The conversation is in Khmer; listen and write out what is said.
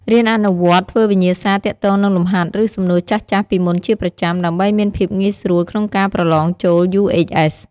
រៀនអនុវត្តន៍ធ្វើវិញ្ញាសារទាក់ទងនឹងលំហាត់ឫសំណួរចាស់ៗពីមុនជាប្រចាំ ដើម្បីមានភាពងាយស្រួលក្នុងការប្រឡងចូល UHS។